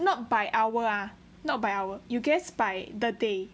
not by hour ah not by hour you guess by the day